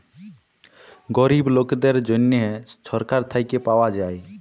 গরিব লকদের জ্যনহে ছরকার থ্যাইকে পাউয়া যায়